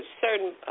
certain